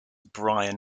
bryan